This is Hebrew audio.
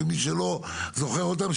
מי שלא זוכר אותם,